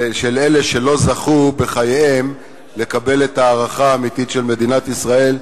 של אלה שלא זכו בחייהם לקבל את ההערכה האמיתית של מדינת ישראל.